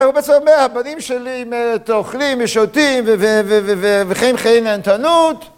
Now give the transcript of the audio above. פרופסור מאה, הבנים שלי באמת אוכלים ושותים וכן חיים נהנתנות.